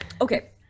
okay